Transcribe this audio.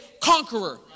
conqueror